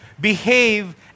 behave